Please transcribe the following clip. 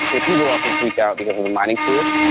if people are from freak out because of the mining pools,